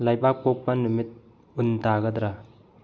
ꯂꯩꯕꯥꯛ ꯄꯣꯛꯄ ꯅꯨꯃꯤꯠ ꯎꯟ ꯇꯥꯒꯗ꯭ꯔꯥ